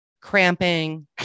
cramping